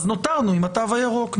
אז נותרנו עם התו הירוק,